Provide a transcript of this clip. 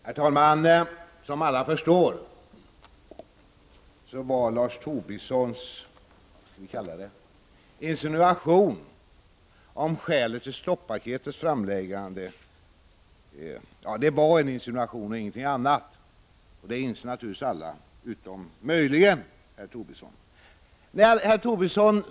Herr talman! Som alla förstår var Lars Tobissons påstående om skälet till stoppaketets framläggande en insinuation och ingenting annat. Det inser naturligtvis alla utom möjligen herr Tobisson.